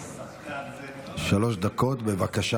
תכנסו את הוועדה לבחירת שופטים,